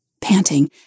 Panting